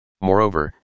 Moreover